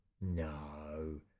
No